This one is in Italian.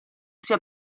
sia